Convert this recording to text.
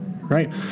right